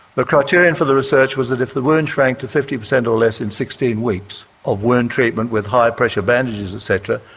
the criterion for the research was that if the wound shrank to fifty percent or less in sixteen weeks of wound treatment with high pressure bandages et cetera,